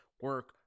Work